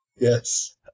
Yes